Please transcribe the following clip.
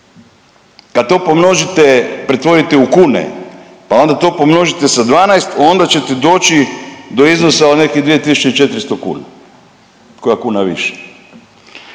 Kad to pomnožite, pretvorite u kune, pa onda to pomnožite sa 12, onda ćete doći do iznosa od nekih 2400 kuna, koja kuna više.